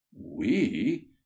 We